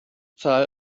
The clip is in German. zahl